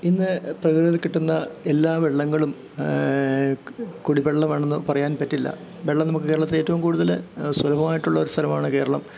ഇന്ന് പ്രകൃതിയിൽ നിന്നു കിട്ടുന്ന എല്ലാ വെള്ളങ്ങളും കുടി വെള്ളം ആണെന്നു പറയാൻ പറ്റില്ല വെള്ളം നമുക്ക് കേരളത്തിലേറ്റവും കൂടുതൽ സുലഭമായിട്ടുള്ള ഒരു സ്ഥലമാണ് കേരളം